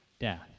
death